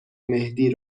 مهدی